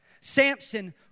Samson